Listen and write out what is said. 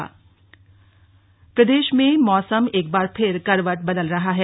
मौसम प्रदेश में मौसम एक बार फिर करवट बदल रहा है